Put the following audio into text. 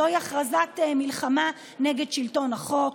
וזוהי הכרזת מלחמה נגד שלטון החוק.